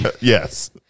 Yes